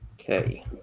Okay